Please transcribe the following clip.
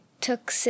took